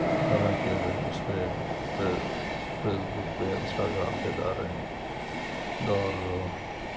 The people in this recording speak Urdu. بنا کے اس پہ پھیس فیس بک پہ انسٹاگرام پہ ڈال رہے ہیں اور